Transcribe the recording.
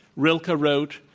rilke wrote,